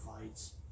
fights